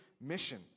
mission